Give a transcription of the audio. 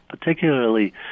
particularly